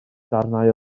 darnau